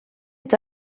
est